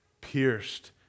pierced